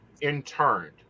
interned